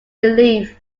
relief